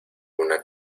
una